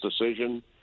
decision